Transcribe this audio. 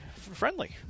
friendly